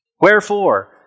Wherefore